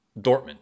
Dortmund